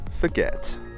forget